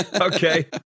Okay